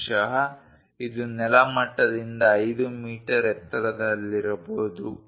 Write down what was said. ಬಹುಶಃ ಇದು ನೆಲಮಟ್ಟದಿಂದ 5 ಮೀಟರ್ ಎತ್ತರದಲ್ಲಿರಬಹುದು